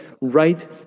right